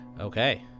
Okay